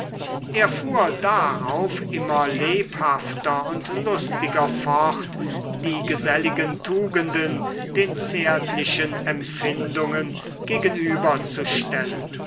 er fuhr darauf immer lebhafter und lustiger fort die geselligen tugenden den zärtlichen empfindungen